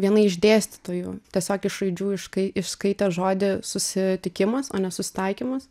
viena iš dėstytojų tiesiog iš raidžių iškai išskaitė žodį susitikimas o ne susitaikymas